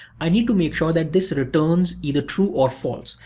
i need to make sure that this returns either true or false.